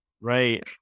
right